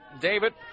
David